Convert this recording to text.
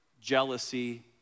jealousy